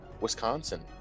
Wisconsin